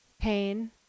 pain